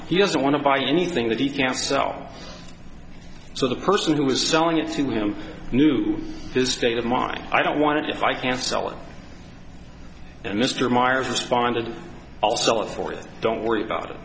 he doesn't want to buy anything that he can sell so the person who was selling it to him knew his state of mind i don't want to if i can't sell it and mr meyers responded i'll sell it for it don't worry about it